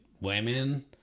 Women